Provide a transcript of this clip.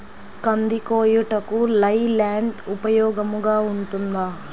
కంది కోయుటకు లై ల్యాండ్ ఉపయోగముగా ఉంటుందా?